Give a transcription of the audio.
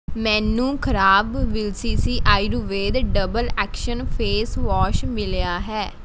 ਮੈਨੂੰ ਖਰਾਬ VLCC Ayurveda double action face wash ਮਿਲਿਆ ਹੈ